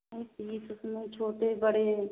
अरे तीस इतने छोटे बड़े